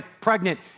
pregnant